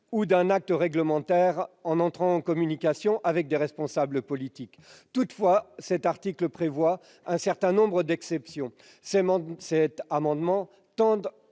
ou d'un acte réglementaire en entrant en communication » avec des responsables politiques. Toutefois, cet article prévoit un certain nombre d'exceptions. Cet amendement tend